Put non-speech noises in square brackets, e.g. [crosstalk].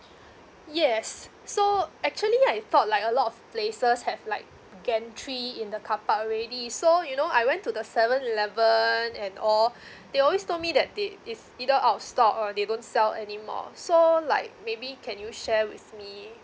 yes so actually I thought like a lot of places have like gantry in the car park already so you know I went to the seven eleven and all [breath] they always told me that they it's either out of stock or they don't sell anymore so like maybe can you share with me